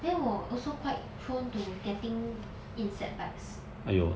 then 我 also quite prone to getting insect bites